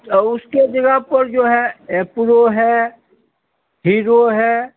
और उसके जगह पर जो है एपोलो है हीरो है